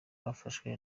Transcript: bafashwa